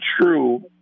true